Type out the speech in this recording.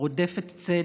רודפת צדק,